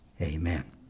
Amen